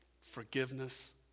forgiveness